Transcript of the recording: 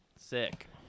Sick